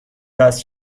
وصل